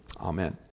Amen